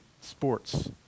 sports